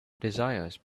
desires